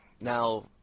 now